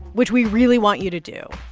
which we really want you to do,